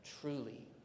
truly